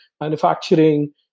manufacturing